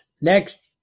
next